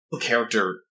character